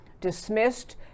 dismissed